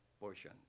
portion